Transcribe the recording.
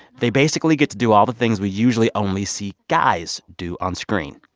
they basically get to do all the things we usually only see guys do onscreen.